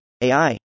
AI